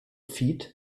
feed